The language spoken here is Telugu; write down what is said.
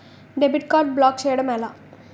డెబిట్ కార్డ్ బ్లాక్ చేయటం ఎలా?